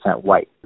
white